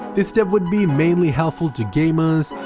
this step would be mainly helpful to gamers,